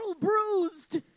bruised